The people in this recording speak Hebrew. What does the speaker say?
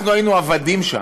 אנחנו היינו עבדים שם.